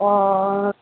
অ'